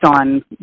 on